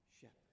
shepherd